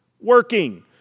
working